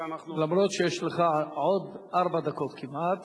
אף שיש לך עוד כמעט